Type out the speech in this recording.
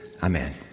Amen